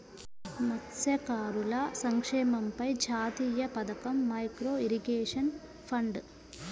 మత్స్యకారుల సంక్షేమంపై జాతీయ పథకం, మైక్రో ఇరిగేషన్ ఫండ్